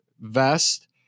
vest